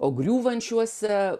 o griūvančiuose